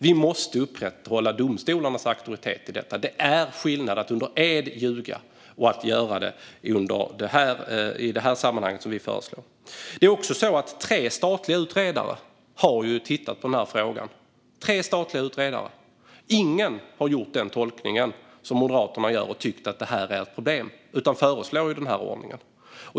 Vi måste upprätthålla domstolarnas auktoritet i fråga om detta. Det är skillnad att ljuga under ed och att göra det i detta sammanhang som vi föreslår. En effektivare konkurs-hantering Tre statliga utredare har också tittat på denna fråga. Ingen av dem har gjort den tolkning som Moderaterna gör och tyckt att detta är ett problem, utan de föreslår denna ordning.